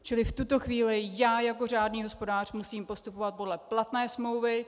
Čili v tuto chvíli já jako řádný hospodář musím postupovat podle platné smlouvy.